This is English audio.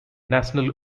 national